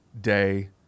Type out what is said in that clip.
day